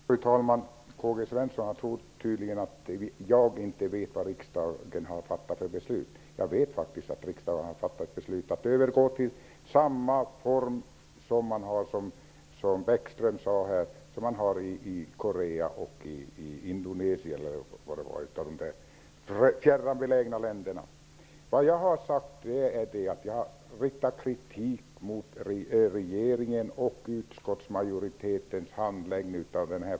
Fru talman! K-G Svenson tror tydligen att jag inte vet vad riksdagen har fattat för beslut. Jag vet faktiskt att riksdagen har fattat beslut om att övergå till den form som man har i Sydkorea och i Indonesien -- eller vilket av de fjärran belägna länderna Lars Bäckström nu talade om. Jag har riktat kritik mot regeringens och utskottsmajoritetens handläggning av denna fråga.